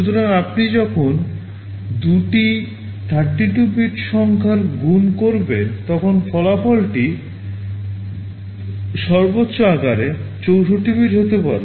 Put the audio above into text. সুতরাং আপনি যখন দুটি 32 বিট সংখ্যার গুণ করবেন তখন ফলাফলটি সর্বোচ্চ আকারে 64 বিট হতে পারে